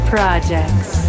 Projects